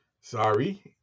Sorry